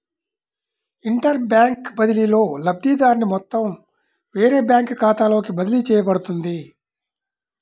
inter bank బదిలీలో, లబ్ధిదారుని మొత్తం వేరే బ్యాంకు ఖాతాలోకి బదిలీ చేయబడుతుంది